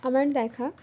আমার দেখা